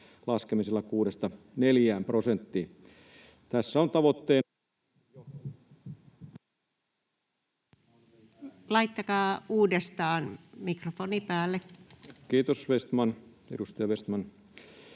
laskemisella 6:sta 4 prosenttiin.